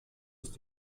ist